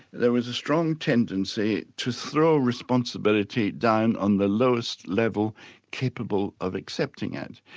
there was a strong tendency to throw responsibility down on the lowest level capable of accepting it,